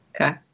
Okay